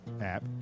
app